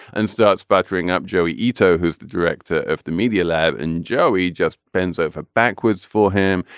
and starts buttering up joey ito who's the director of the media lab. and joey just bends over backwards for him.